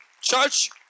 Church